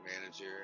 Manager